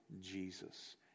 Jesus